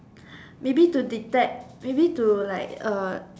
maybe to detect maybe to like uh